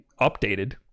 updated